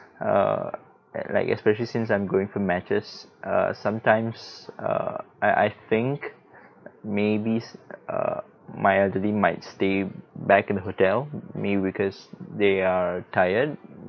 err at like especially since I'm going for matches uh sometimes err I I think maybe err my elderly might stay back in the hotel maybe because they are tired